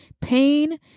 Pain